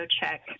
check